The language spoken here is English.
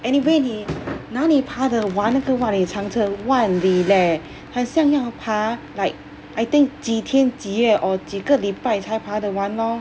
anyway 你哪里爬得完那个万里长城万里 leh 很像要爬 like I think 几天几夜 or 几个礼拜才爬得完 lor